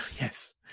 Yes